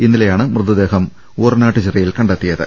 ഇന്നലെയാണ് മൃതദേഹം ഊറനാട്ടുചിറയിൽ കണ്ടെത്തിയത്